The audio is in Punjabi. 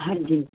ਹਾਂਜੀ